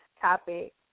topic